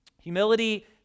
Humility